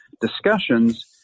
discussions